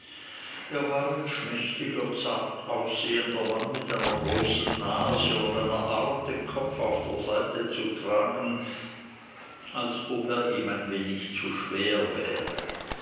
er war ein schmächtiger zart aussehender mann mit einer großen nase und einer art den kopf auf der seite zu tragen als ob er ihm ein wenig zu schwer wäre